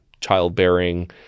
childbearing